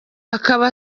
akaba